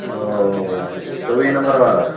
ओ चोवीह नम्बर वारा